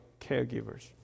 caregivers